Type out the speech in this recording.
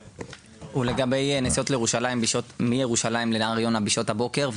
ולגבי נסיעות מירושלים להר יונה בשעות הבוקר,